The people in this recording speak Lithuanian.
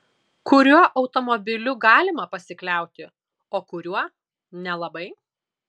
kuriuo automobiliu galima pasikliauti o kuriuo nelabai